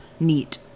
Neat